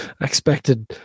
expected